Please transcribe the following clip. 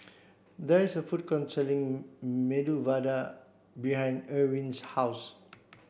there is a food court selling Medu Vada behind Ewin's house